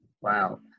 Wow